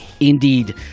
Indeed